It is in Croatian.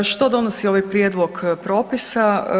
Što donosi ovaj prijedlog propisa?